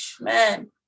man